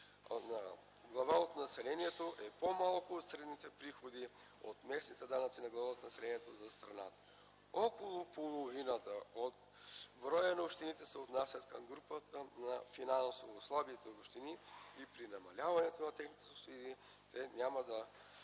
глава от населението е по-малко от средните приходи от местните данъци на глава от населението за страната. Около половината от броя на общините се отнасят към групата на финансово слабите общини и при намаляването на техните субсидии те няма да